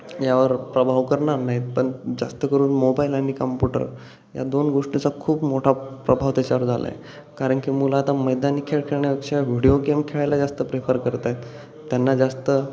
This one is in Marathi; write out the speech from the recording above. यावर प्रभाव करणार नाहीत पण जास्त करून मोबाईल आणि कंपुटर या दोन गोष्टीचा खूप मोठा प्रभाव त्याच्यावर झाला आहे कारण की मुलं आता मैदानी खेळ खेळण्यापेक्षा व्हिडिओ गेम खेळायला जास्त प्रेफर करत आहेत त्यांना जास्त